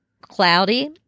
cloudy